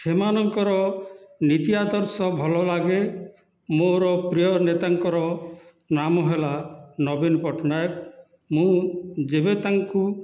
ସେମାନଙ୍କର ନୀତି ଆଦର୍ଶ ଭଲ ଲାଗେ ମୋର ପ୍ରିୟ ନେତାଙ୍କର ନାମ ହେଲା ନବୀନ ପଟ୍ଟନାୟକ ମୁଁ ଯେବେ ତାଙ୍କୁ